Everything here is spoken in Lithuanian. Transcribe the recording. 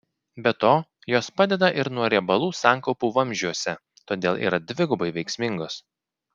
be to jos padeda ir nuo riebalų sankaupų vamzdžiuose todėl yra dvigubai veiksmingos